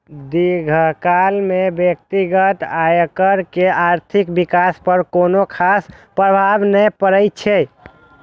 दीर्घकाल मे व्यक्तिगत आयकर के आर्थिक विकास पर कोनो खास प्रभाव नै पड़ै छै